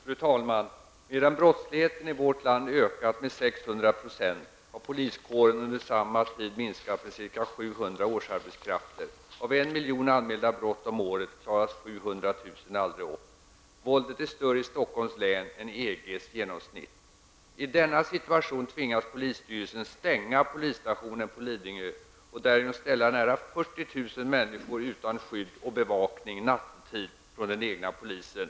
Fru talman! Medan brottsligheten i vårt land har ökat med 600 % har poliskåren under samma tid minskat med ca 700 årsarbetskrafter. Av 1 miljon anmälda brott om året klaras 700 000 aldrig upp. Våldet är mer omfattande i Stockholms län än EG:s genomsnitt. I denna situation tvingas polisstyrelsen stänga polisstationen på Lidingö och därigenom ställa närmare 40 000 människor utan skydd och bevakning nattetid från den egna polisen.